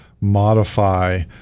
modify